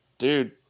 Dude